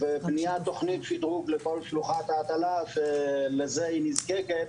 ובניית תכנית שדרוג לכל שלוחת ההטלה שלזה היא נזקקת,